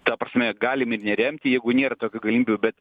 ta prasme galime neremti jeigu nėr tokių galimybių bet